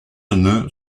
nœud